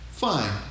fine